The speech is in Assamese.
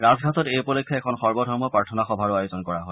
ৰাজঘাটত এই উপলক্ষে এখন সৰ্বধৰ্ম প্ৰাৰ্থনা সভাৰো আয়োজন কৰা হয়